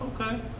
Okay